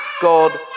God